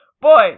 Boy